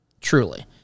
truly